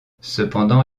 cependant